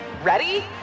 Ready